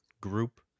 group